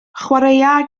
chwaraea